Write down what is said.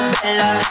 Bella